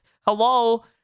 Hello